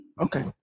Okay